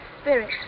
spirit